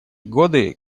годы